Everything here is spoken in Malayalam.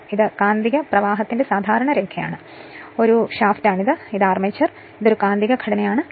അതിനാൽ ഇത് കാന്തിക പ്രവാഹത്തിന്റെ സാധാരണ രേഖയാണ് ഇത് ഒരു ഷാഫ്റ്റാണ് ഇതാണ് ആർമേച്ചർ ഇത് ഒരു കാന്തിക ഘടനയാണ്